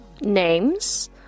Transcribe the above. names